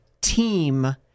team